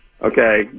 Okay